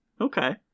Okay